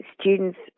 students